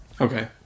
Okay